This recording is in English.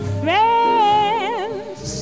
friends